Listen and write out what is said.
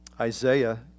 Isaiah